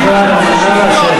חבר הכנסת ברוורמן, נא לשבת.